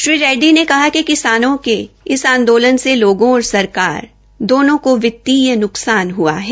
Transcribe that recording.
श्री रेड़डी ने कहा कि किसानों के इस आंद्रास्नन से लामों ओर सरकार दामों का वित्तीय अन्कसान हुआ है